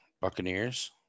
Buccaneers